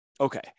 Okay